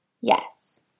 Yes